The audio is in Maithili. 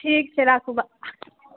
ठीक छै राखू